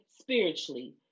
spiritually